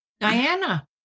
Diana